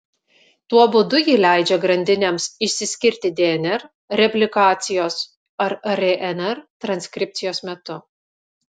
tuo būdu ji leidžia grandinėms išsiskirti dnr replikacijos ar rnr transkripcijos metu